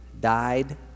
died